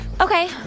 Okay